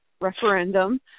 Referendum